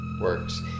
works